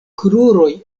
kruroj